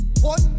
One